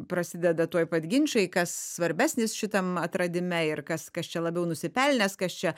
prasideda tuoj pat ginčai kas svarbesnis šitam atradime ir kas kas čia labiau nusipelnęs kas čia